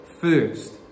first